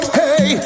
hey